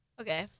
Okay